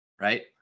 right